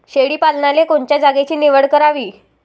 शेळी पालनाले कोनच्या जागेची निवड करावी?